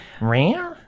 Ram